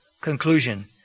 conclusion